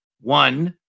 One